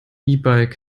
bike